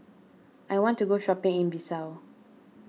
I want to go shopping in Bissau